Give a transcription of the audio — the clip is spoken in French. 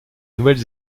nouvelle